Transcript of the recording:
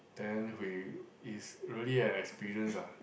then we is really a experience ah